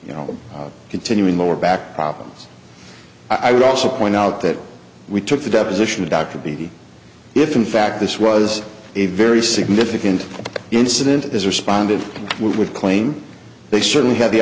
you know continuing lower back problems i would also point out that we took the deposition of dr b if in fact this was a very significant incident is responded we would claim they certainly had the